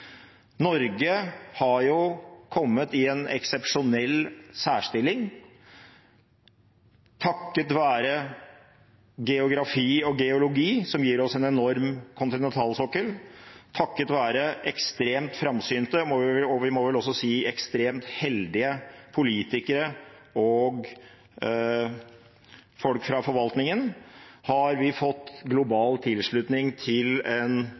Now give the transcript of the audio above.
Norge har kommet i en eksepsjonell særstilling takket være geografi og geologi, som har gitt oss en enorm kontinentalsokkel. Takket være ekstremt framsynte – og vi må vel også si ekstremt heldige – politikere og folk fra forvaltningen har vi fått global tilslutning til